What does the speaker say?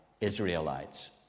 Israelites